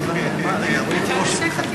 בבקשה.